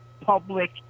public